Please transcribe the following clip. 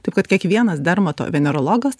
taip kad kiekvienas dermatovenerologas